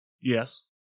Yes